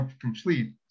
complete